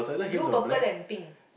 blue purple and pink